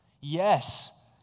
Yes